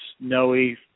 snowy